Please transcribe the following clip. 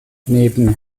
neben